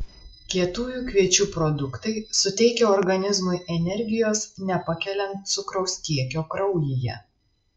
kietųjų kviečių produktai suteikia organizmui energijos nepakeliant cukraus kiekio kraujyje